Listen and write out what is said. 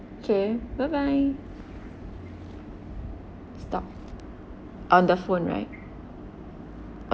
okay bye bye stop on the phone right